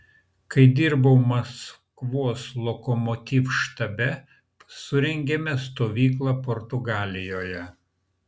kai dirbau maskvos lokomotiv štabe surengėme stovyklą portugalijoje